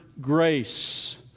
grace